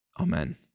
Amen